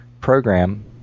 program